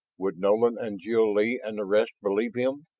would nolan and jil-lee and the rest believe him?